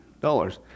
dollars